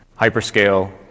hyperscale